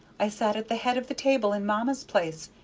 i sat at the head of the table in mamma's place,